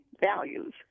values